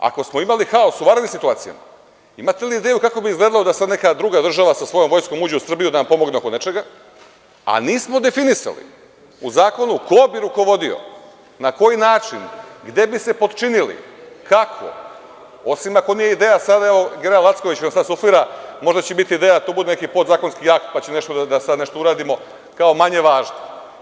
Ako smo imali haos u vanrednim situacijama, imate li ideju kako bi izgledalo da sada neka druga država sa svojom vojskom uđe u Srbiju da nam pomogne oko nečega, a nismo definisali u zakonu ko bi rukovodio na koji način, gde bi se potčinili, kako, osim ako nije ideja, evo, general Lacković vam suflira, možda će biti ideja da to bude neki podzakonski akt, pa ćemo nešto da uradimo kao manje važno.